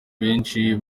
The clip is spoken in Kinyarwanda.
benshi